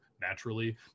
naturally